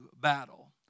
battle